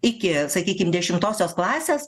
iki sakykim dešimtosios klasės